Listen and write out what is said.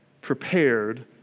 prepared